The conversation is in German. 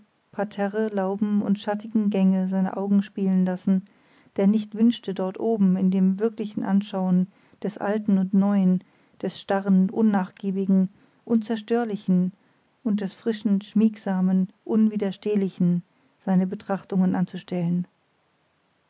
parterre lauben und schattigen gänge seine augen spielen lassen der nicht wünschte dort oben in dem wirklichen anschauen des alten und neuen des starren unnachgiebigen unzerstörlichen und des frischen schmiegsamen unwiderstehlichen seine betrachtungen anzustellen